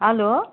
hello